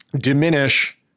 diminish